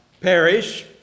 perish